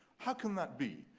how can that be?